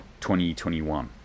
2021